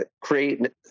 create